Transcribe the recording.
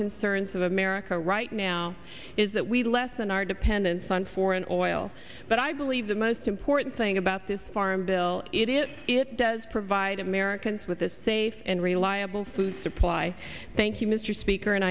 concerns of america right now is that we lessen our dependence on foreign oil but i believe the most important thing about this farm bill it is it does provide americans with a safe and reliable food supply thank you mr speaker an